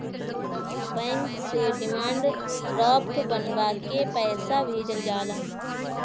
bank से demand draft बनवा के पईसा भेजल जाला